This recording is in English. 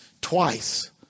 twice